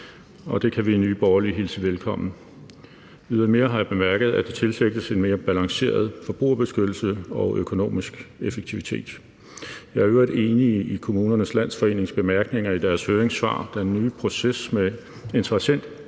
det kan vi i Nye Borgerlige hilse velkommen. Ydermere har jeg bemærket, at der tilsigtes en mere balanceret forbrugerbeskyttelse og økonomisk effektivitet. Jeg er i øvrigt enig i Kommunernes Landsforenings bemærkninger i deres høringssvar. Den nye proces med